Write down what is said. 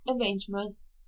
arrangements